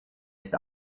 ist